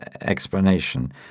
explanation